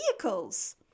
vehicles